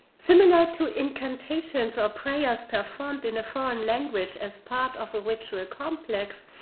similar to incantations or prayers performed in a foreign language as part of a ritual complex,